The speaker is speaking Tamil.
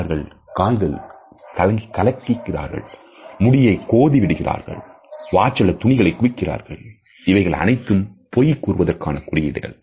அவர்கள் கால்களால் கலக்குகிறார்களா முடியை கோதி விளையாடுகிறார்களா வாட்ச் அல்லது துணிகளை குவிக்கிறார்களா இவைகள் அனைத்தும் பொய் கூறுவதற்கான குறியீடுகள்